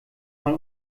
mal